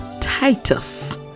Titus